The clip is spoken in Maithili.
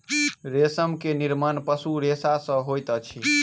रेशम के निर्माण पशु रेशा सॅ होइत अछि